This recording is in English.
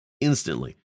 instantly